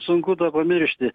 sunku tą pamiršti